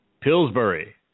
Pillsbury